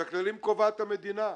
את הכללים קובעת המדינה.